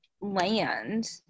land